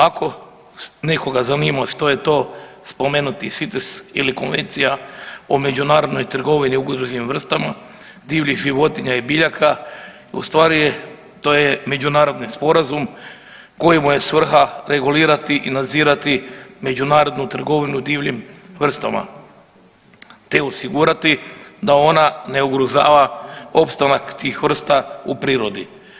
Ako nekoga zanima što je to spomenuti CITES ili Konvencija o međunarodnoj trgovini ugroženim vrstama divljih životinja i biljaka, u stvari to je međunarodni sporazum kojemu je svrha regulirati i nadzirati međunarodnu trgovinu divljim vrstama, te osigurati da ona ne ugrožava opstanak tih vrsta u prirodi.